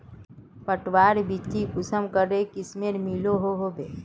पटवार बिच्ची कुंसम करे किस्मेर मिलोहो होबे?